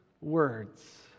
words